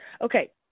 Okay